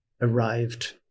arrived